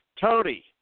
Tony